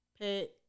pet